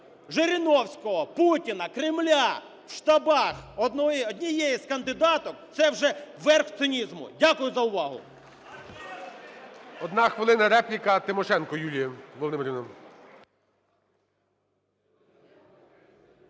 Жириновського, Путіна, Кремля в штабах однієї з кандидаток – це вже верх цинізму. Дякую за увагу.